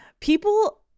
people